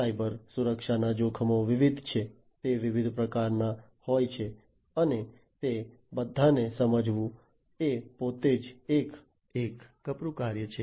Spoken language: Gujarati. સાયબર સુરક્ષાના જોખમો વિવિધ છે તે વિવિધ પ્રકારના હોય છે અને તે બધાને સમજવું એ પોતે જ એક કપરું કાર્ય છે